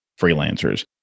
freelancers